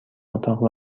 اتاق